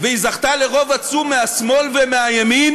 והיא זכתה לרוב עצום מהשמאל ומהימין,